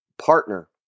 partner